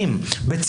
בנושא